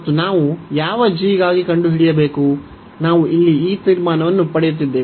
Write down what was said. ಮತ್ತು ನಾವು ಯಾವ g ಗಾಗಿ ಕಂಡುಹಿಡಿಯಬೇಕು ನಾವು ಇಲ್ಲಿ ಈ ತೀರ್ಮಾನವನ್ನು ಪಡೆಯುತ್ತಿದ್ದೇವೆ